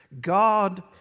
God